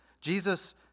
Jesus